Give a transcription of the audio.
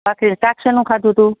ભાખરી શાક શેનું ખાધું હતું